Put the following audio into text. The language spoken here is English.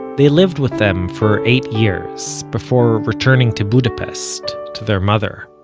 they lived with them for eight years, before returning to budapest, to their mother.